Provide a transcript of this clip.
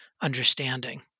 understanding